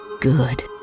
good